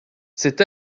c’est